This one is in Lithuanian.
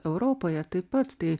europoje taip pat tai